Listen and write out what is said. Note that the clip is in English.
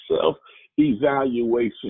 self-evaluation